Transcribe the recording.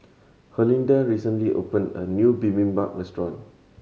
Herlinda recently opened a new Bibimbap Restaurant